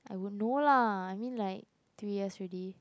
I would know lah I mean like three years already